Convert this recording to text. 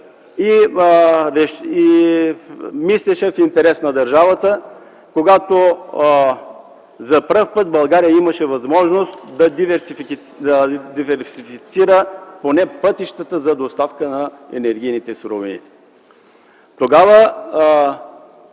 и мислеше в интерес на държавата, когато за първи път България имаше възможност да диверсифицира поне пътищата за доставка на енергийните суровини. Тогава